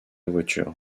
voiture